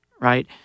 right